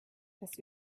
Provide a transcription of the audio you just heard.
das